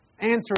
Answer